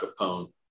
Capone